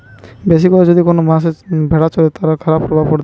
বেশি করে যদি কোন মাঠে ভেড়া চরে, তার খারাপ প্রভাব হতে পারে